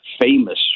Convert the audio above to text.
famous